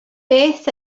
beth